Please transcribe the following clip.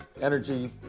energy